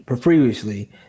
previously